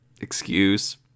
excuse